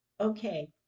okay